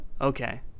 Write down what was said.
Okay